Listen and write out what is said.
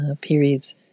periods